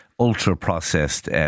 ultra-processed